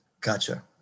Gotcha